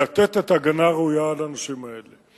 לתת את ההגנה הראויה לאנשים האלה.